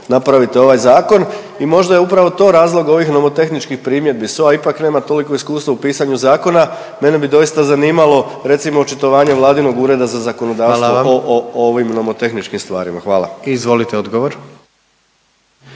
napravite ovaj zakon. I možda je upravo to razlog ovih nomotehničkih primjedbi. SOA ipak nema toliko iskustvo u pisanju zakona. Mene bi doista zanimalo recimo očitovanje Vladinog Ureda za zakonodavstvo po ovim nomotehničkim stvarima. Hvala. **Jandroković,